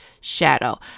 shadow